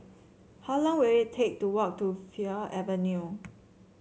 how long will it take to walk to Fir Avenue